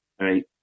Right